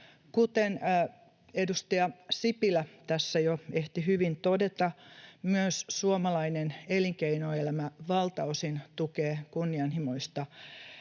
Kuten edustaja Sipilä tässä jo ehti hyvin todeta, myös suomalainen elinkeinoelämä valtaosin tukee kunnianhimoista